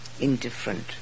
indifferent